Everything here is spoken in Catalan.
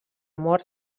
mort